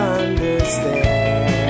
understand